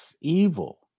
evil